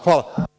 Hvala.